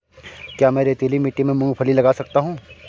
क्या मैं रेतीली मिट्टी में मूँगफली लगा सकता हूँ?